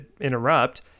interrupt